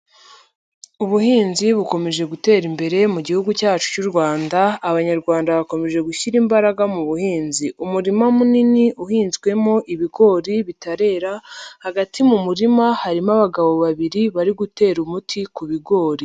Ubuhinzi bukomeje gutera imbere mu gihugu cyacu cy'u Rwanda, Abanyarwanda bakomeje gushyira imbaraga mu buhinzi, umurima munini uhinzwemo ibigori bitarera, hagati mu murima harimo abagabo babiri bari gutera umuti ku bigori.